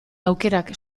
aukerak